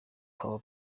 power